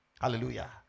hallelujah